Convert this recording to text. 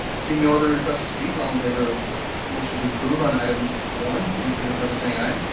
seeing no other requests to speak, all in favor of motion to approve on item one, please signify by saying aye.